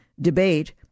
debate